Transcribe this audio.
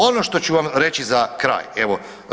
Ono što ću vam reći za kraj evo.